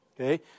okay